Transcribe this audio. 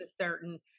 certain